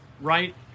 right